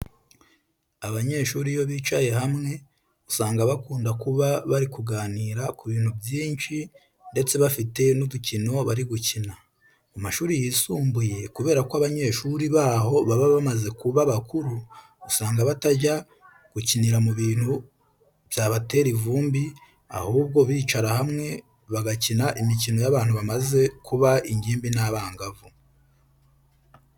Abanyeshuri iyo bicaye hamwe usanga bakunda kuba bari kuganira ku bintu byinshi ndetse bafite n'udukino bari gukina. Mu mashuri yisumbuye kubera ko banyeshuri baho baba bamaze kuba bakuru usanga batajya gukinira mu bintu byabatera ivumbi, ahubwo bicara hamwe bagakina imikino y'abantu bamaze kuba ingimbi n'abangavu.